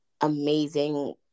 amazing